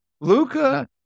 Luca